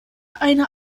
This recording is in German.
eine